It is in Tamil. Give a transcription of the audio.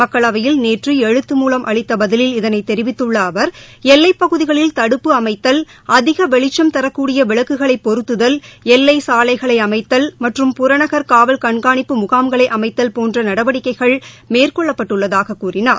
மக்களவையில் நேற்று எழுத்து மூலம் அளித்த பதிலில் இதனைத் தெரிவித்துள்ள அவர் எல்வைப்பகுதிகளில் தடுப்பு அமைத்தல் அதிக வெளிச்சம் தரக்கூடிய விளக்குகளைப் பொருத்துதல் எல்லை சாலைகளை அமைத்தல் மற்றும் புறநகர் காவல் கண்காணிப்பு முகாம்களை அமைத்தல் போன்ற நடவடிக்கைகள் மேற்கொள்ளப்பட்டுள்ளதாகக் கூறினார்